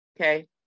Okay